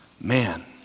man